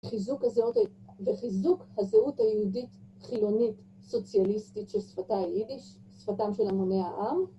חיזוק הזהות היהודית חילונית סוציאליסטית ששפתה היידיש, שפתם של המוני העם